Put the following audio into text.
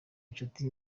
inshuti